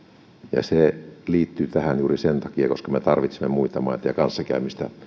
ja se liittyy tähän juuri sen takia että me tarvitsemme muita maita ja kanssakäymistä